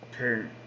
Okay